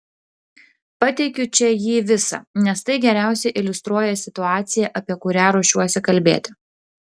pateikiu čia jį visą nes tai geriausiai iliustruoja situaciją apie kurią ruošiuosi kalbėti